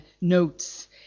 notes